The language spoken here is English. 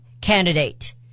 candidate